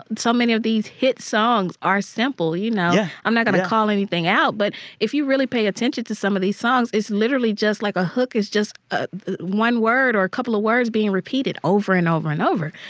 many of these hit songs are simple, you know. i'm not going to call anything out, but if you really pay attention to some of these songs, it's literally just, like a hook is just ah one word or a couple of words being repeated over and over and over.